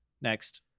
next